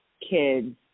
kids